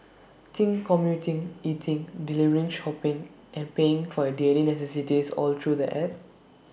think commuting eating delivering hopping and paying for your daily necessities all through the app